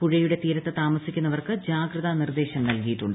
പുഴയുടെ തീരത്ത് താമസിക്കുന്നവർക്ക് ജാഗ്രതാ നിർദ്ദേശം നൽകിയിട്ടുണ്ട്